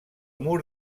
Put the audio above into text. mur